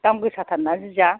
दाम गोसाथारना सिया